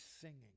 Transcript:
singing